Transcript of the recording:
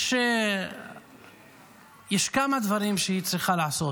יש כמה דברים שהיא צריכה לעשות.